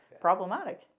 problematic